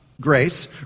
grace